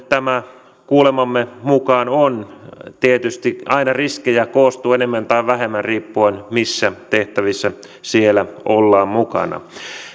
tämä kuulemamme mukaan on kaksijakoista tietysti riskejä koostuu aina enemmän tai vähemmän riippuen siitä missä tehtävissä siellä ollaan mukana